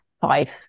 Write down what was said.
five